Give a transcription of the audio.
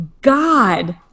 god